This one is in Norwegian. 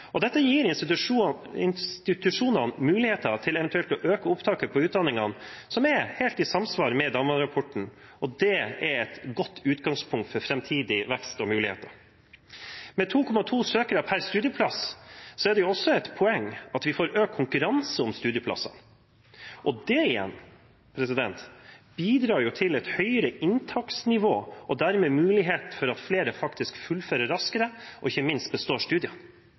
Dette gir institusjonene muligheter til eventuelt å øke opptaket ved utdanningene, som er helt i samsvar med DAMVAD-rapporten, og det er et godt utgangspunkt for framtidig vekst og muligheter. Med 2,2 søkere per studieplass er det også et poeng at vi får økt konkurranse om studieplassene, og det igjen bidrar til et høyere inntaksnivå og dermed mulighet for at flere faktisk fullfører raskere og ikke minst består studiene.